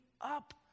up